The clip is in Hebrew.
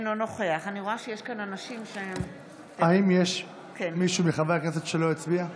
אינו נוכח האם יש מישהו מחברי הכנסת שלא הצביע?